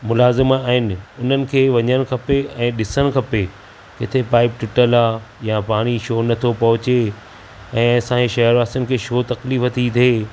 मुलाज़िम आहिनि उन्हनि खे वञण खपे ऐं ॾिसण खपे किथे पाइप टुटल आहे या पाणी छो नथो पहुचे ऐं असां जे शहरवासियुनि खे छो तकलीफ़ थी थिए